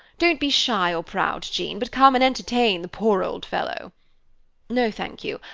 don't be shy or proud, jean, but come and entertain the poor old fellow no, thank you.